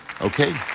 Okay